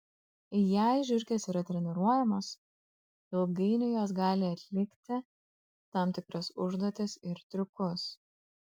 jei žiurkės yra treniruojamos ilgainiui jos gali atlikti tam tikras užduotis ir triukus